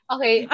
Okay